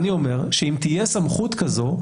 אני אומר שאם תהיה סמכות כזו,